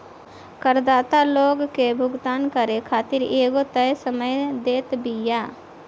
करदाता लोग के भुगतान करे खातिर एगो तय समय देत बिया